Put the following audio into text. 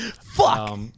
Fuck